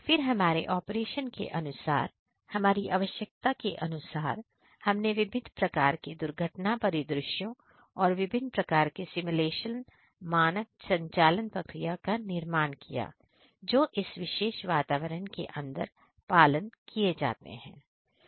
फिर हमारे ऑपरेशन के अनुसार हमारी आवश्यकता के अनुसार हमने विभिन्न प्रकार के दुर्घटना परिदृश्यों और विभिन्न प्रकार के सिमुलेशन मानक संचालन प्रक्रियाओं का निर्माण किया जो इस विशेष वातावरण के अंदर पालन किए जाते हैं